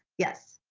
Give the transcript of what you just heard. yes,